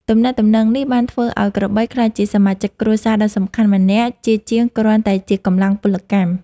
ទំនាក់ទំនងនេះបានធ្វើឱ្យក្របីក្លាយជាសមាជិកគ្រួសារដ៏សំខាន់ម្នាក់ ជាជាងគ្រាន់តែជាកម្លាំងពលកម្ម។